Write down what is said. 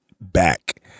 back